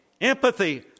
empathy